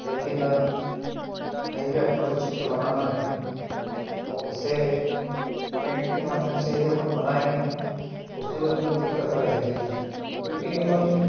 लेकिन कहीं पे अपने को चित्र बनाना है तो उसे पेंट के माध्यम से यदि अपन बनाए हैं तो उसमें भी अपन को दिक्कत रहेगी क्योंकि अपन